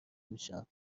میشم